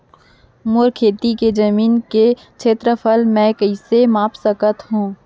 मोर खेती के जमीन के क्षेत्रफल मैं कइसे माप सकत हो?